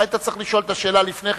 אתה היית צריך לשאול את השאלה לפני כן,